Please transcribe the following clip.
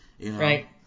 Right